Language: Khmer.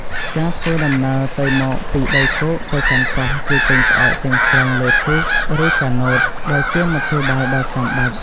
ការធ្វើដំណើរទៅមកពីដីគោកទៅកាន់កោះ គឺពឹងផ្អែកទាំងស្រុងលើទូក ឬកាណូត ដែលជាមធ្យោបាយដ៏ចាំបាច់។